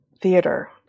theater